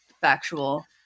factual